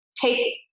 take